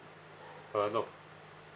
uh no